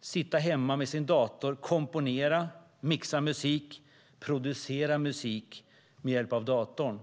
sitta hemma med sin dator och komponera, mixa och producera musik med hjälp av datorn.